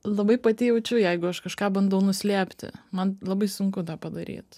labai pati jaučiu jeigu aš kažką bandau nuslėpti man labai sunku tą padaryt